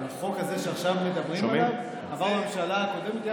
אבל החוק הזה שעכשיו מדברים עליו עבר בממשלה הקודמת,